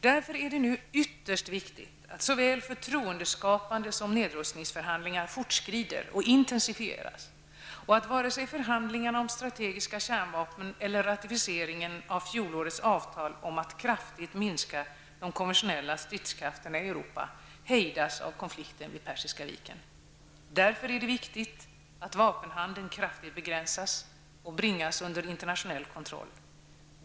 Därför är det nu ytterst viktigt att såväl förtroendeskapandet som nedrustningsförhandlingarna fortskrider och intensifieras och att varken förhandlingarna om strategiska kärnvapen eller ratificeringen av fjolårets avtal om att kraftigt minska de konventionella stridskrafterna i Europa hejdas av konflikten vid Persiska viken. Därför är det viktigt att vapenhandeln kraftigt begränsas och bringas under internationell kontroll.